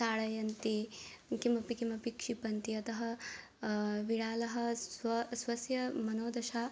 ताडयन्ति किमपि किमपि क्षिपन्ति अतः विडालः स्व स्वस्य मनोदशा